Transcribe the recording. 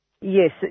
Yes